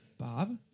Bob